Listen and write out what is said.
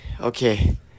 Okay